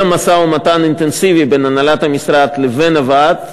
משא-ומתן אינטנסיבי בין הנהלת המשרד לבין הוועד.